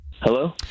Hello